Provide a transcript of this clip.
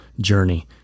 journey